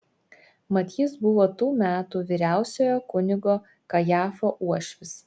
mat jis buvo tų metų vyriausiojo kunigo kajafo uošvis